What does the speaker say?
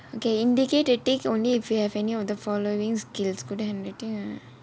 okay indicate a tick only if you have any of the following skills good handwriting err